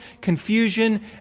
confusion